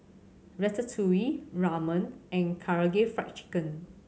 Ratatouille Ramen and Karaage Fried Chicken